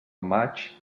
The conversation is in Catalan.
maig